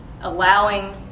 allowing